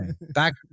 Back